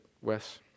Wes